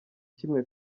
kimwe